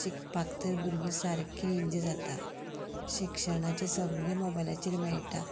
शिकपाक तर भुरगीं सारकीं इजी जाता शिक्षणाचें सगळें मोबायलाचेर मेळटा